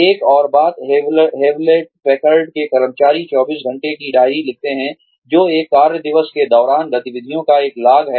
एक और बात हेवलेट पैकर्ड के कर्मचारी 24 घंटे की डायरी लिखते हैं जो एक कार्य दिवस के दौरान गतिविधियों का एक लॉग है